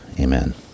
Amen